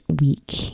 week